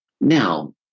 Now